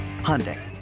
Hyundai